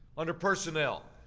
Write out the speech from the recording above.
under personnel,